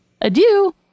Adieu